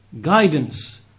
guidance